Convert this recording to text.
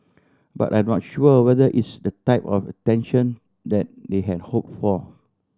but I'm not sure whether it's the type of attention that they had hope for